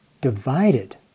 divided